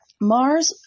Mars